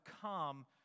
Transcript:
come